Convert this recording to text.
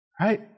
Right